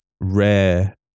rare